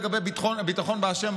לגבי הביטחון בהשם,